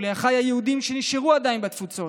ולאחיי היהודים שנשארו עדיין בתפוצות,